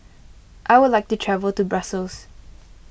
I would like to travel to Brussels